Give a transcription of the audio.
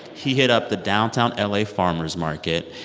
he hit up the downtown ah la farmer's market.